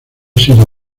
sido